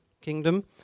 Kingdom